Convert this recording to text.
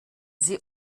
sie